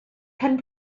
pen